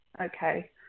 okay